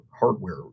hardware